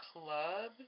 Club